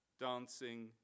dancing